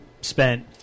spent